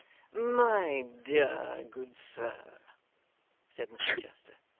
my dear, good sir said mr chester,